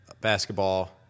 basketball